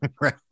Right